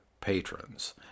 patrons